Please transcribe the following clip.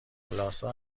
خلاصه